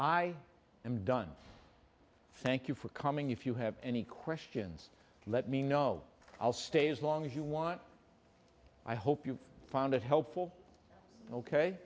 i am done thank you for coming if you have any questions let me know i'll stay as long as you want i hope you found it helpful ok